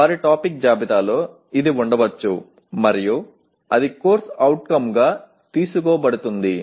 వారి టాపిక్ జాబితాలో ఇది ఉండవచ్చు మరియు అది కోర్సు అవుట్కం గా తీసుకోబడుతుంది